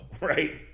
right